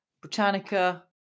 Britannica